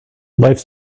lifes